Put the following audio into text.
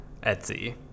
Etsy